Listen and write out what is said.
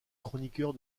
chroniqueur